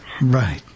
right